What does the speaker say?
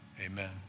amen